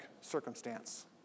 circumstance